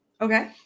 okay